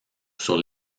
sur